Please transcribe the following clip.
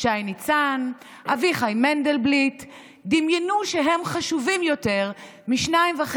שי ניצן ואביחי מנדלבליט דמיינו שהם חשובים יותר מ-2.5